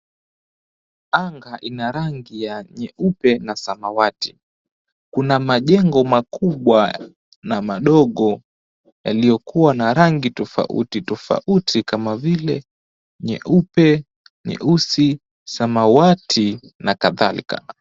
Anga ina rangi ya nyeupe na samawati. Kuna majengo makubwa na madogo yaliyokuwa na rangi tofauti tofauti kama vile nyeupe, nyeusi, samawati na kadhalika.